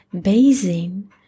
basin